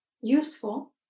Useful